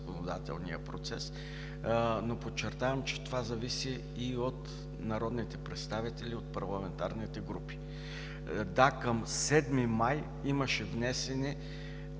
законодателния процес. Но подчертавам, че това зависи и от народните представители, и от парламентарните групи. Да, към 7 май имаше внесени